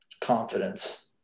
Confidence